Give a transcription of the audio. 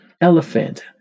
elephant